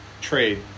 trade